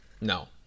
No